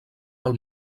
pel